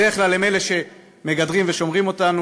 בדרך כלל הם אלה שמגדרים ושומרים אותנו.